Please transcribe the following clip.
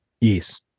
yes